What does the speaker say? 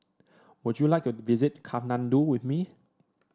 would you like to visit Kathmandu with me